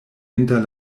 inter